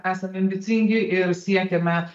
esam embicingi ir siekiame